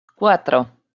cuatro